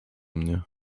mnie